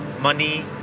money